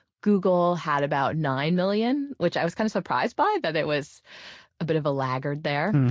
google had about nine million, which i was kind of surprised by, that it was a bit of a laggard there.